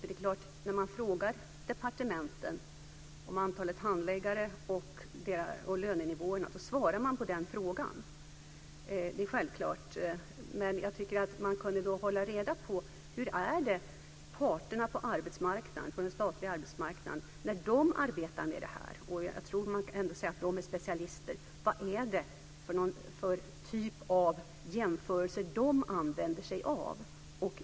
Det är klart att när man frågar departementen om antalet handläggare och om lönenivåerna svarar de på den frågan. Det är självklart. Men jag tycker att man kunde hålla reda på hur det är när parterna på den statliga arbetsmarknaden arbetar med detta. Jag tror att man kan säga att de är specialister. Vad är det för typ av jämförelse de använder sig av?